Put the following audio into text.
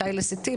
מתי ל-CT,